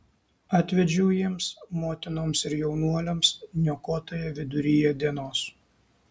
atvedžiau jiems motinoms ir jaunuoliams niokotoją viduryje dienos